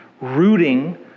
rooting